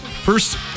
First